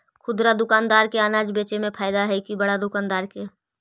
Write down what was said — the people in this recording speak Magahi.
खुदरा दुकानदार के अनाज बेचे में फायदा हैं कि बड़ा दुकानदार के?